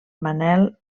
manel